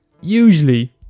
usually